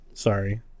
sorry